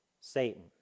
Satan